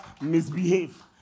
misbehave